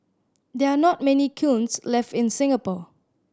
there are not many kilns left in Singapore